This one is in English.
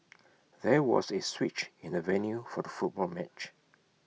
there was A switch in the venue for the football match